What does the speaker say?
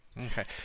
Okay